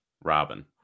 Robin